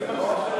האם את מרשה לי